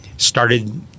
Started